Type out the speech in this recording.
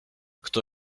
kto